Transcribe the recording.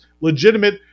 legitimate